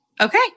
Okay